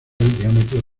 diámetro